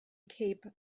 cape